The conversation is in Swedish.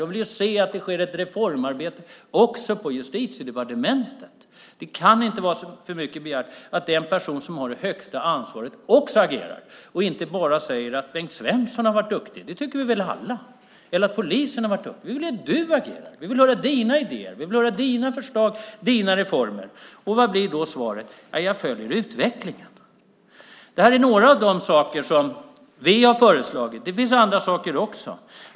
De vill se att det sker ett reformarbete också på Justitiedepartementet. Det kan inte vara för mycket begärt att den person som har det högsta ansvaret också agerar och inte bara säger att Bengt Svenson har varit duktig - det tycker väl alla - eller att polisen har varit duktig. Vi vill att du agerar. Vi vill höra dina idéer. Vi vill höra dina förslag och dina reformer. Men vad blir svaret? Det blir: Jag följer utvecklingen. Detta är några av de saker som vi har föreslagit. Det finns andra saker också.